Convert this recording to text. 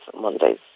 Mondays